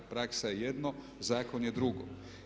Praksa je jedno, zakon je drugo.